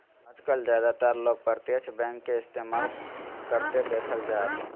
आजकल ज्यादातर लोग प्रत्यक्ष बैंक के इस्तेमाल करते देखल जा हथिन